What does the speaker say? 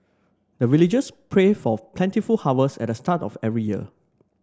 the villagers pray for plentiful harvest at the start of every year